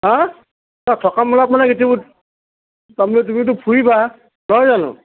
হাঁ এই থকা মেলা মানে তাৰমানে তুমিতো ফুৰিবা নহয় জানো